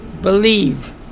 believe